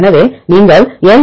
எனவே நீங்கள் எல்